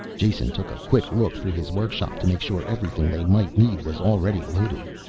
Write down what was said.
jason took a quick look through his workshop to make sure everything they might need was already loaded,